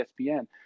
ESPN